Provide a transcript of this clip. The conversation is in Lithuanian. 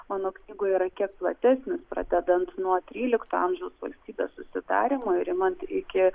mano knygoje yra kiek platesnis pradedant nuo trylikto amžiaus valstybės susidarymo ir imant iki